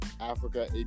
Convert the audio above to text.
Africa